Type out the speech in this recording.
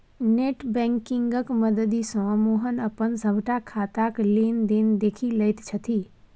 net बैंकिंगक मददिसँ मोहन अपन सभटा खाताक लेन देन देखि लैत छथि